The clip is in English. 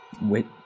wait